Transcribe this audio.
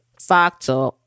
factor